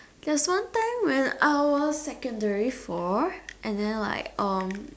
there's one time when I was secondary four and then like um